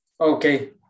okay